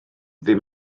ddim